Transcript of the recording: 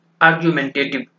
argumentative